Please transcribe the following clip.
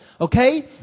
Okay